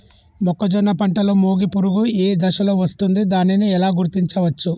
మొక్కజొన్న పంటలో మొగి పురుగు ఏ దశలో వస్తుంది? దానిని ఎలా గుర్తించవచ్చు?